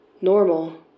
Normal